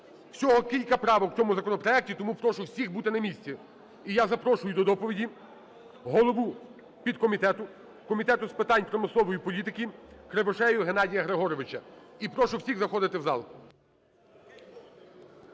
Всього кілька правок в цьому законопроекті, тому прошу всіх бути на місці. І я запрошую до доповіді голову підкомітету Комітету з питань промислової політики Кривошею Геннадія Григоровича. І прошу всіх заходити в зал.